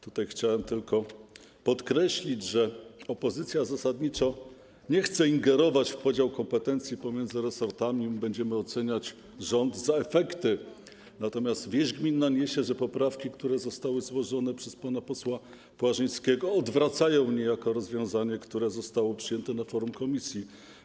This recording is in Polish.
Tutaj chciałem tylko podkreślić, że opozycja zasadniczo nie chce ingerować w podział kompetencji pomiędzy resortami, będziemy oceniać rząd za efekty, natomiast wieść gminna niesie, że poprawki, które zostały złożone przez pana posła Płażyńskiego, niejako odwracają rozwiązanie, które zostało przyjęte na forum komisji.